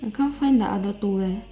I can't find the other two leh